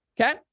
Okay